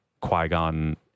Qui-Gon